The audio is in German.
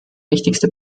wichtigste